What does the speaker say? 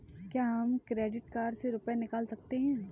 क्या हम credit card से रुपये निकाल सकते हैं?